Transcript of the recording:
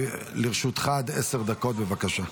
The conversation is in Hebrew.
לרשותך עד עשר דקות, בבקשה.